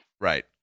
Right